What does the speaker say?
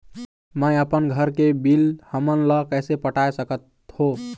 मैं अपन घर के बिल हमन ला कैसे पटाए सकत हो?